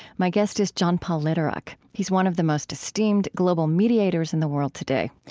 my guest is john paul lederach. he's one of the most esteemed global mediators in the world today.